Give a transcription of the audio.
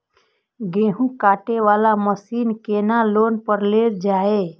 गेहूँ काटे वाला मशीन केना लोन पर लेल जाय?